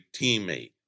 teammate